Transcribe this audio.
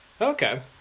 okay